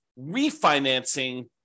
refinancing